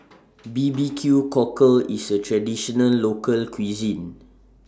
B B Q Cockle IS A Traditional Local Cuisine